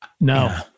no